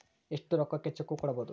ಎಷ್ಟು ರೊಕ್ಕಕ ಚೆಕ್ಕು ಕೊಡುಬೊದು